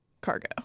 cargo